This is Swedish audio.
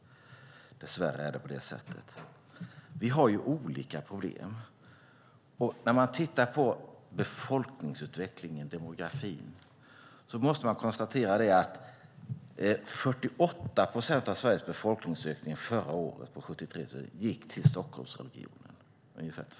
Dess värre är det på det sättet. Vi har olika problem. När man tittar på befolkningsutvecklingen, demografin, måste man konstatera att 48 procent av Sveriges befolkningsökning förra året gick till Stockholmsregionen.